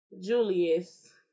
Julius